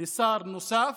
לשר נוסף,